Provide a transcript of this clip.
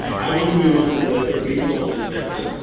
i want to move on to the the resources sector.